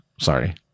sorry